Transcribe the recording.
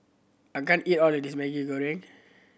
I can't eat all of this Maggi Goreng